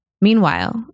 Meanwhile